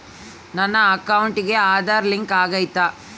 ನನ್ನ ಅಕೌಂಟಿಗೆ ಆಧಾರ್ ಲಿಂಕ್ ಆಗೈತಾ?